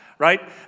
right